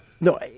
no